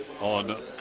on